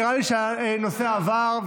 נראה לי שהנושא עבר,